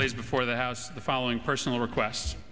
place before the house the following personal request